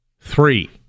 Three